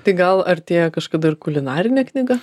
tai gal artėja kažkada ir kulinarinė knyga